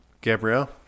Gabrielle